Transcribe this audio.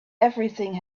everything